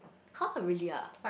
!huh! really ah